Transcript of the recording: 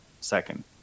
second